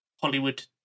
Hollywood